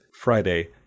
Friday